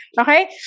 Okay